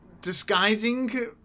disguising